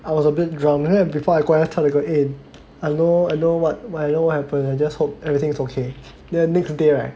I was a bit drunk then before I go I just tell the girl eh I know I know what happened I just hope everything is okay then next day right